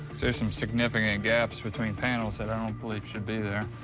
there's some significant gaps between panels that i don't believe should be there.